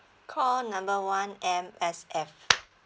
call number one M_S_F